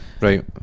Right